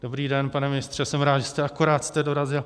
Dobrý den, pane ministře , jsem rád, akorát jste dorazil.